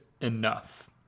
enough